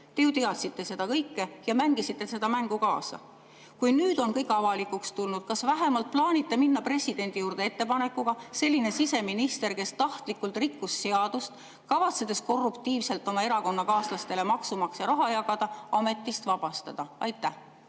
Te ju teadsite seda kõike ja mängisite seda mängu kaasa. Nüüd, kui kõik on avalikuks tulnud, kas vähemalt plaanite minna presidendi juurde ettepanekuga selline siseminister, kes tahtlikult rikkus seadust, kavatsedes korruptiivselt oma erakonnakaaslastele maksumaksja raha jagada, ametist vabastada? Kaja